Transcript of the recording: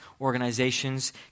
organizations